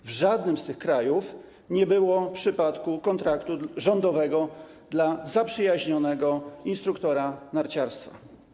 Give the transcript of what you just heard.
W żadnych z tych krajów nie było przypadku kontraktu rządowego dla zaprzyjaźnionego instruktora narciarstwa.